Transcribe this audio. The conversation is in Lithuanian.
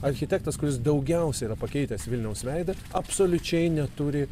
architektas kuris daugiausia yra pakeitęs vilniaus veidą absoliučiai neturi